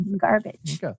garbage